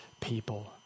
people